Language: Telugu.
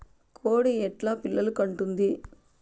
కోడి ఎట్లా పిల్లలు కంటుంది?